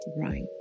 right